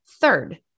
Third